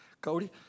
Cody